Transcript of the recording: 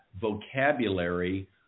vocabulary